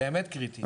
באמת קריטי.